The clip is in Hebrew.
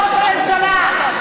ראש הממשלה.